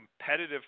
competitive